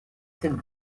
cette